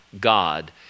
God